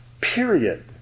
Period